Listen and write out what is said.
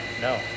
no